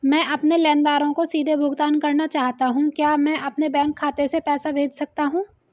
मैं अपने लेनदारों को सीधे भुगतान करना चाहता हूँ क्या मैं अपने बैंक खाते में पैसा भेज सकता हूँ?